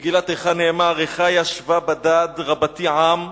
במגילת איכה נאמר: "איכה ישבה בדד העיר רבתי עם",